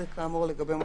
זה לגבי מוצגים במוזאון.